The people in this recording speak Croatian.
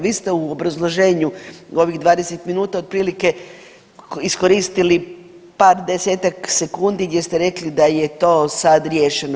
Vi ste u obrazloženju ovih 20 minuta otprilike iskoristili par, desetak sekundi gdje se rekli da je to sad riješeno.